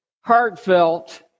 heartfelt